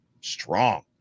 strong